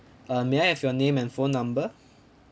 uh may I have your name and phone number